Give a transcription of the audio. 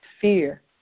fear